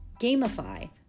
Gamify